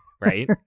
right